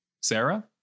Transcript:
Sarah